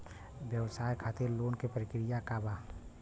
व्यवसाय खातीर लोन के प्रक्रिया का बा?